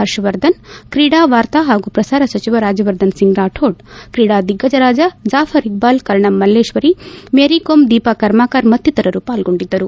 ಹರ್ಷವರ್ಧನ್ ಕ್ರೀಡಾ ವಾರ್ತಾ ಹಾಗೂ ಪ್ರಸಾರ ಸಚಿವ ರಾಜ್ಜವರ್ಧನ್ ಸಿಂಗ್ ರಾಥೋಡ್ ಕ್ರೀಡಾ ದಿಗ್ಗಜರಾದ ಜಾಫರ್ ಇಕ್ಟಾಲ್ ಕರ್ಣಂ ಮಲ್ಲೇಕ್ವರಿ ಮೇರಿ ಕೋಮ್ ದೀಪಾ ಕರ್ಮಾಕರ್ ಮತ್ತಿತರರು ಪಾಲ್ಗೊಂಡಿದ್ದರು